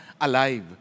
alive